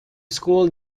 school